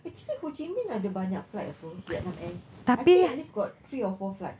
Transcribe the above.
actually ho chin minh ada banyak flight apa vietnam air I think at least got three or four flight